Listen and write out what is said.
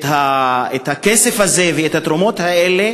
את הכסף הזה ואת התרומות האלה